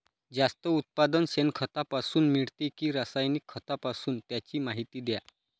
जास्त उत्पादन शेणखतापासून मिळते कि रासायनिक खतापासून? त्याची माहिती द्या